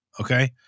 okay